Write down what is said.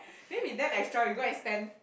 then we damn extra we go and stand